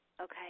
Okay